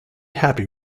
happy